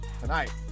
tonight